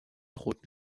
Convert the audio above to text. roten